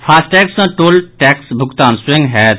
FASTag सँ toll टैक्सक भुगतान स्वयं होयत